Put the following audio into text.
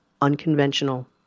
unconventional